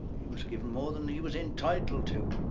he was given more than he was entitled to.